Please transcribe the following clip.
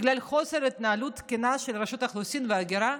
בגלל חוסר התנהלות תקינה של רשות האוכלוסין וההגירה,